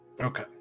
Okay